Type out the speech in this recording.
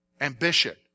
Ambition